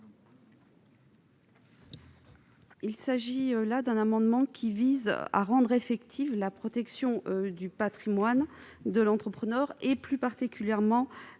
Contat. Cet amendement vise à rendre effective la protection du patrimoine de l'entrepreneur, plus particulièrement